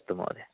अस्तु महोदय